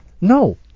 No